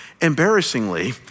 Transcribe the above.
embarrassingly